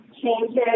Changes